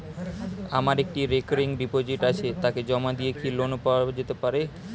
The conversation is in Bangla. আমার একটি রেকরিং ডিপোজিট আছে তাকে জমা দিয়ে কি লোন পাওয়া যেতে পারে?